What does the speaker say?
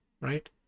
right